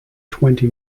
twenty